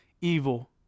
evil